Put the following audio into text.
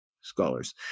scholars